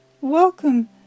welcome